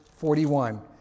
41